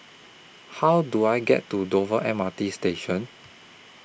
How Do I get to Dover M R T Station